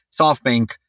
SoftBank